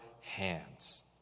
hands